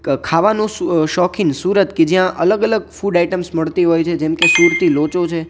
ખાવાનું શોખીન સુરત કે જ્યાં અલગ અલગ ફૂડ આઇટમ્સ મળતી હોય છે જેમ કે સુરતી લોચો છે